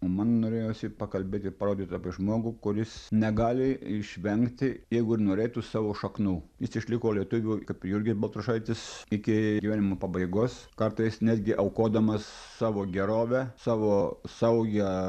man norėjosi pakalbėt ir parodyt apie žmogų kuris negali išvengti jeigu ir norėtų savo šaknų jis išliko lietuviu kaip jurgis baltrušaitis iki gyvenimo pabaigos kartais netgi aukodamas savo gerovę savo saugią